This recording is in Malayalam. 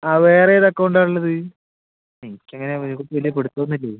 ആ വേറേ ഏത് അക്കൗണ്ടാണ് ഉള്ളത് എനിക്ക് അങ്ങനെ ഇത് വലിയ പിടിത്തം ഒന്നും ഇല്ല